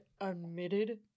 admitted